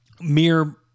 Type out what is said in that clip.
mere